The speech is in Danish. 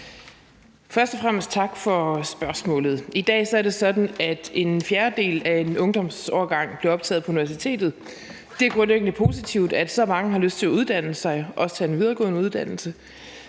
Først og fremmest tak for spørgsmålet. I dag er det sådan, at en fjerdedel af en ungdomsårgang bliver optaget på universitetet. Det er grundlæggende positivt, at så mange har lyst til at uddanne sig, også at tage en videregående uddannelse,